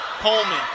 Coleman